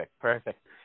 perfect